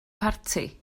parti